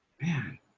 man